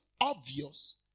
obvious